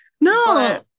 No